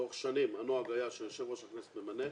לאורך שנים הנוהג היה שיושב ראש הכנסת ממנה.